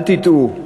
אל תטעו.